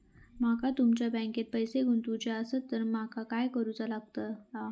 माका तुमच्या बँकेत पैसे गुंतवूचे आसत तर काय कारुचा लगतला?